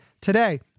today